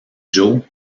joe